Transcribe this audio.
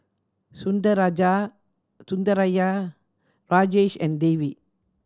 Sundaraiah Rajesh and Devi